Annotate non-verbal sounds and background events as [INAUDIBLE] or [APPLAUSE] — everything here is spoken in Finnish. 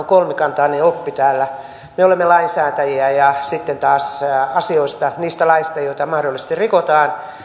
[UNINTELLIGIBLE] kolmikantainen oppi täällä me olemme lainsäätäjiä ja sitten taas asioista niistä laeista joita mahdollisesti rikotaan